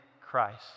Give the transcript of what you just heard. Christ